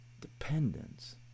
Dependence